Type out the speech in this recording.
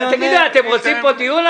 אתם רוצים כאן דיון?